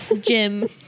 Jim